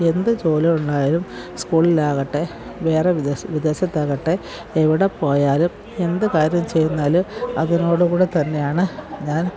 എന്ത് ജോലി ഉണ്ടായാലും സ്കൂളിലാകട്ടെ വേറെ വിദേശ വിദേശത്താകട്ടെ എവടെപ്പോയാലും എന്ത് കാര്യം ചെയ്താലും അതിനോടുകൂടെത്തന്നെയാണ് ഞാൻ